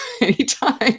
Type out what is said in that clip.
anytime